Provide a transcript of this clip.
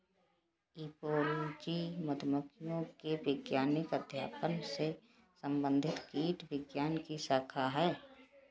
apiology मधुमक्खियों के वैज्ञानिक अध्ययन से संबंधित कीटविज्ञान की शाखा है